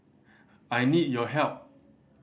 I need your help